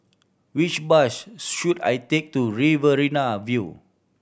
which bus should I take to Riverina View